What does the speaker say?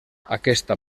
aquesta